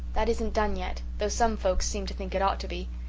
that isn't done yet, though some folks seem to think it ought to be.